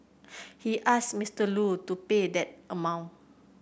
he asked Mister Lu to pay that amount